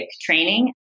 training